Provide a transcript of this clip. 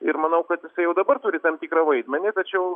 ir manau kad jisai jau dabar turi tam tikrą vaidmenį tačiau